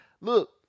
look